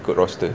ikut roaster